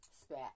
spat